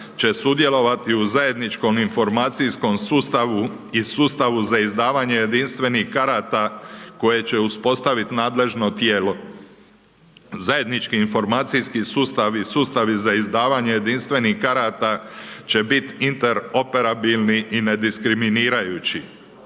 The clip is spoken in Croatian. će sudjelovati u zajedničkom informatikom sustavu i sustavu za izdavanje jedinstvenih karata, koje će uspostaviti zajedničko tijelo. Zajednički informacijski sustavi i sustavi za davanje jedinstvenih karata će biti interoperativni i ne diskriminirajući.